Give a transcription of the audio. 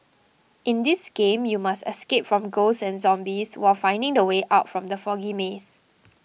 in this game you must escape from ghosts and zombies while finding the way out from the foggy maze